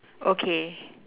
okay